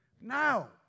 Now